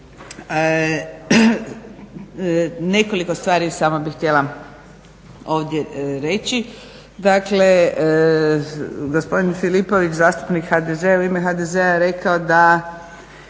Nekoliko stvari samo bih htjela ovdje reći. Dakle, gospodin Filipović zastupnik HDZ-a je u ime HDZ-a rekao da,